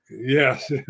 Yes